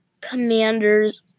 commanders